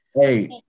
Hey